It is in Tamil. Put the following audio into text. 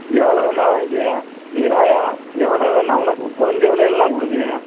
எவ்வளோ வேண்ணால் வாங்கிக்கய்யா நீ வாய்யா எவ்வளோ வேண்ணால் உனக்குக் குறைஞ்ச விலையில நான் கொடுக்குறேன்யா